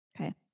Okay